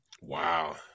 Wow